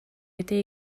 été